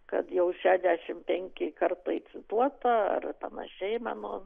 kad jau šešiasdešimt penki kartai cituota ar panašiai mano